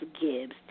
Gibbs